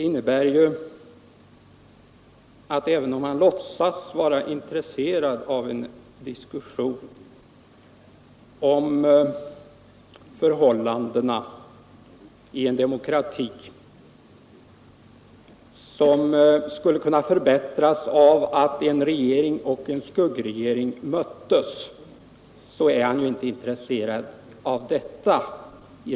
Han låtsas vara intresserad av en diskussion om förhållandena i en demokrati, som skulle förbättras av att en regering och en skuggregering möttes, men han är i realiteten inte intresserad av detta.